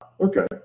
okay